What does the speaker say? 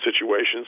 situations